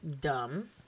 Dumb